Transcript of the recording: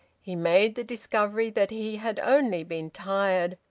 he made the discovery that he had only been tired.